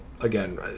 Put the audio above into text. again